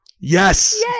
Yes